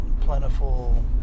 plentiful